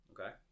Okay